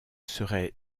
serait